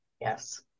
Yes